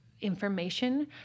information